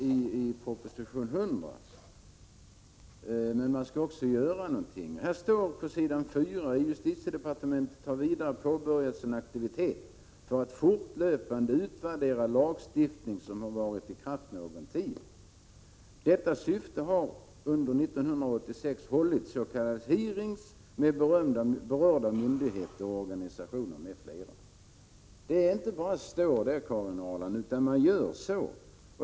Jag vill då läsa upp vad som står på s. 4 i propositionens bilaga 4: ”Inom justitiedepartementet har vidare påbörjats en aktivitet för att fortlöpande utvärdera lagstiftning som har varit i kraft någon tid. I detta syfte har under år 1986 hållits s.k. hearings med berörda myndigheter och organisationer m.fl. ———.” Det inte bara står där, Karin Ahrland, utan man gör så.